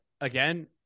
again